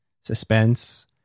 suspense